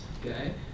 okay